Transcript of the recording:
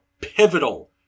pivotal